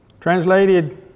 Translated